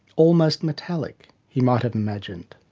almost metallic he might have imagined,